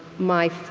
my